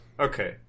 Okay